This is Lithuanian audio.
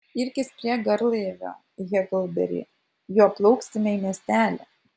irkis prie garlaivio heklberi juo plauksime į miestelį